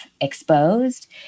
exposed